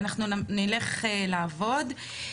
ואנחנו נלך לעבוד.